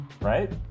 right